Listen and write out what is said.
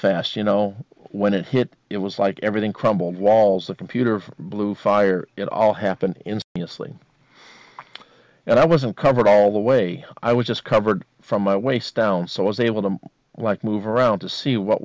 fast you know when it hit it was like everything crumbled walls that computer blew fire it all happened in your sleep and i wasn't covered all the way i was just covered from my waist down so i was able to like move around to see what